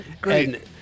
Great